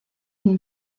une